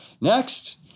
Next